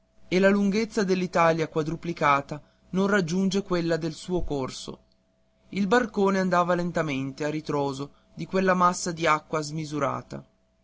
e la lunghezza dell'italia quadruplicata non raggiunge quella del suo corso il barcone andava lentamente a ritroso di quella massa d'acqua smisurata